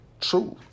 truth